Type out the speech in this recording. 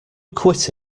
quit